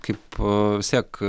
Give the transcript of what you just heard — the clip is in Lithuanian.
kaip vis tiek